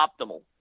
optimal